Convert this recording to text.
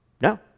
No